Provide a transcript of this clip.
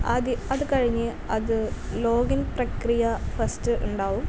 ആദ്യം അത് കഴിഞ്ഞ് അത് ലോഗിൻ പ്രക്രിയ ഫസ്റ്റ് ഉണ്ടാകും